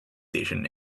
station